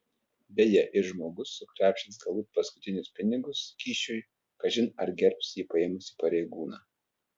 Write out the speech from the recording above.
beje ir žmogus sukrapštęs galbūt paskutinius pinigus kyšiui kažin ar gerbs jį paėmusį pareigūną